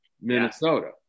Minnesota